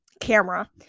Camera